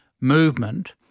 movement